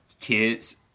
kids